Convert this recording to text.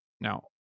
Now